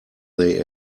they